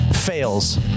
fails